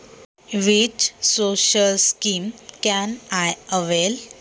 मी कोणत्या सामाजिक योजनेचा लाभ घेऊ शकते?